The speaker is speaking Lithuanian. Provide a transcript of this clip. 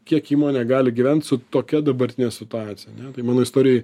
kiek įmonė gali gyvent su tokia dabartine situacija tai mano istorijoj